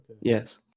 Yes